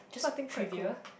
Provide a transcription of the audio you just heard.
just trivial